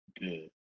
good